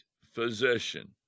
physician